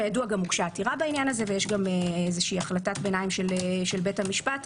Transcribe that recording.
כידוע גם הוגשה עתירה בעניין הזה ויש החלטת ביניים של בית המשפט.